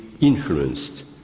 influenced